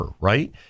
right